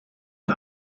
the